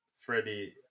Freddie